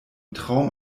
traum